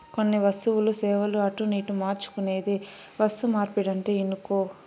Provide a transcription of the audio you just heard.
కొన్ని వస్తువులు, సేవలు అటునిటు మార్చుకునేదే వస్తుమార్పిడంటే ఇనుకో